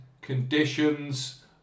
conditions